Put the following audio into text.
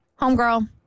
homegirl